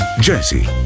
Jesse